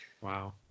wow